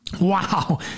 Wow